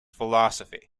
philosophy